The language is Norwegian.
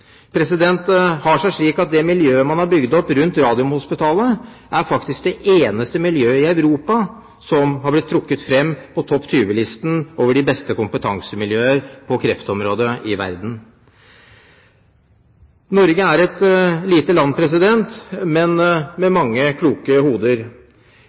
Det har seg slik at det miljøet man har bygd opp rundt Radiumhospitalet, faktisk er det eneste miljøet i Europa som har blitt trukket fram på topp 20-listen over de beste kompetansemiljøer på kreftområdet i verden. Norge er et lite land, men med mange kloke hoder.